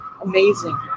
Amazing